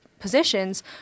positions